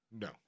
no